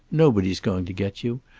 nobody's going to get you.